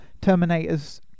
Terminators